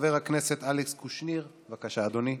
חבר הכנסת אלכס קושניר, בבקשה, אדוני,